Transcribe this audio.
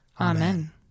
Amen